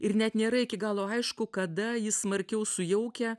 ir net nėra iki galo aišku kada jis smarkiau sujaukia